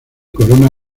corona